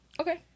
Okay